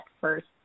first